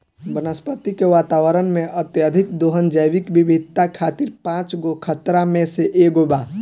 वनस्पति के वातावरण में, अत्यधिक दोहन जैविक विविधता खातिर पांच गो खतरा में से एगो बा